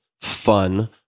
fun